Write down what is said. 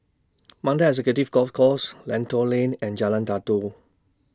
Mandai Executive Golf Course Lentor Lane and Jalan Datoh